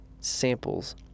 samples